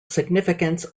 significance